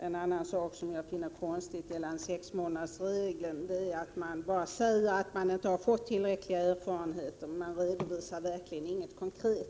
En annan sak som jag finner konstig beträffande sexmånadersregeln är att man bara säger att erfarenheterna inte är tillräckliga. Men man redovisar verkligen inget konkret.